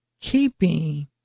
keeping